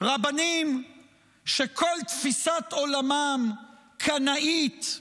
רבנים שכל תפיסת עולמם קנאית,